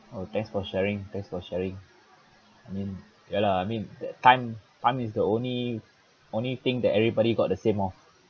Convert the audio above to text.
oh thanks for sharing thanks for sharing I mean ya lah I mean that time time is the only only thing that everybody got the same of